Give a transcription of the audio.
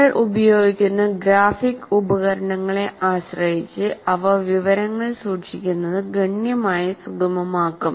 നിങ്ങൾ ഉപയോഗിക്കുന്ന ഗ്രാഫിക് ഉപകരണങ്ങളെ ആശ്രയിച്ച് അവ വിവരങ്ങൾ സൂക്ഷിക്കുന്നത് ഗണ്യമായി സുഗമമാക്കും